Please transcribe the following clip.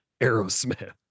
Aerosmith